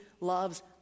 loves